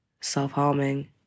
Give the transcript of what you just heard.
self-harming